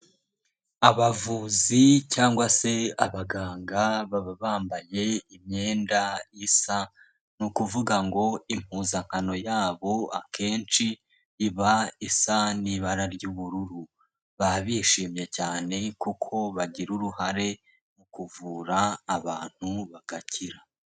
Abavuzi cyangwa se abaganga baba bambaye imyenda isa, ni ukuvuga ngo impuzankano yabo akenshi iba isa n'ibara ry'ubururu, baba bishimye cyane kuko bagira uruhare mu kuvura abantu bagakira.